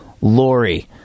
Lori